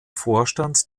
vorstand